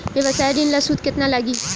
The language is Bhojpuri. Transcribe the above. व्यवसाय ऋण ला सूद केतना लागी?